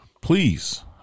Please